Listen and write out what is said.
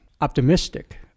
optimistic